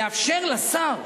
לאפשר לשר,